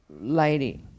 lady